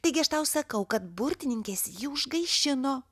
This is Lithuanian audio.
taigi aš tau sakau kad burtininkės jį užgaišino